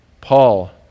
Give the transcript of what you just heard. Paul